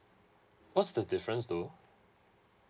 what's the difference though